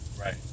Right